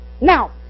Now